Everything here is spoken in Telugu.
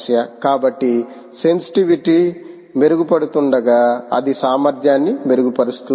కాబట్టి సెన్సిటివిటీ మెరుగుపడుతుండగా అది సామర్థ్యాన్ని మెరుగుపరుస్తుంది